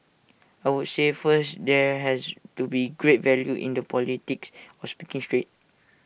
I would say first there has to be great value in the politics of speaking straight